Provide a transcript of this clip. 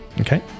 Okay